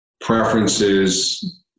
preferences